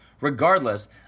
Regardless